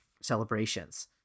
celebrations